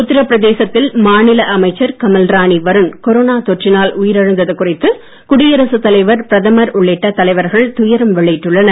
உத்தரபிரதேசத்தில் மாநில அமைச்சர் கமல்ராணி வருண் கொரோனா தொற்றினால் உயிரிழந்தது குறித்து குடியரசுத் தலைவர் பிரதமர் உள்ளிட்ட தலைவர்கள் துயரம் வெளியிட்டுள்ளனர்